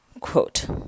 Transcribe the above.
Quote